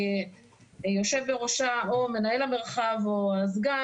שיושב בראשה או מנהל המרחב או הסגן,